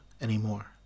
anymore